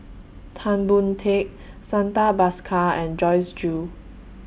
Tan Boon Teik Santha Bhaskar and Joyce Jue